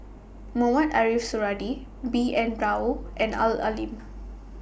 Mohamed Ariff Suradi B N Rao and Al Lim